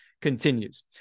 Continues